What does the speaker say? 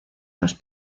los